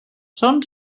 són